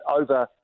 over